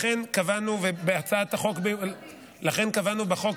לכן, קבענו בחוק